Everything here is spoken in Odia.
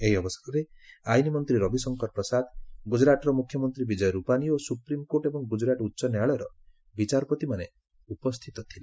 ଏହି ଅବସରରେ ଆଇନ୍ ମନ୍ତ୍ରୀ ରବି ଶଙ୍କର ପ୍ରସାଦ ଗୁଜୁରାଟର ମୁଖ୍ୟମନ୍ତ୍ରୀ ବିଜୟ ରୂପାନି ଓ ସୁପ୍ରିମକୋର୍ଟ ଏବଂ ଗୁଜୁରାଟ ଉଚ୍ଚ ନ୍ୟାୟାଳୟର ବିଚାରପତିମାନେ ଉପସ୍ଥିତ ଥିଲେ